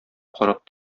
карап